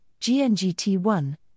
GNGT1